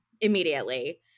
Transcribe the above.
immediately